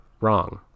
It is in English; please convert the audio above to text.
wrong